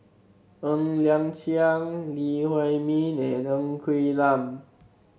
Ng Liang Chiang Lee Huei Min and Ng Quee Lam